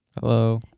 hello